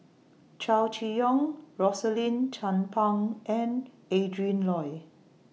Chow Chee Yong Rosaline Chan Pang and Adrin Loi